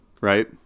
Right